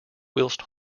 whilst